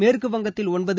மேற்குவங்கத்தில் ஒன்பது